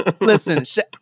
listen